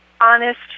honest